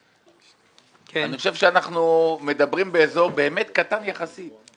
אני חושב שאנחנו מדברים באזור באמת קטן יחסית.